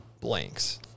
blanks